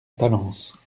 talence